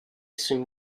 soon